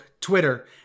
Twitter